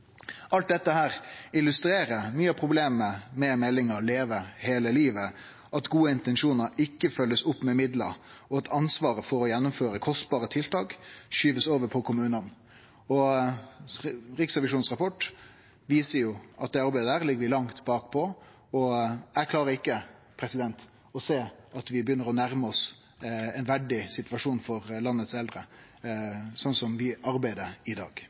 Alt dette illustrerer mykje av problemet med meldinga Leve hele livet: at gode intensjonar ikkje blir følgde opp med midlar, og at ansvaret for å gjennomføre kostbare tiltak blir skyvd over på kommunane. Riksrevisjonsrapporten viser at det arbeidet ligg langt bakpå, og eg klarer ikkje å sjå at vi begynner å nærme oss ein verdig situasjon for landets eldre, slik vi arbeider i dag.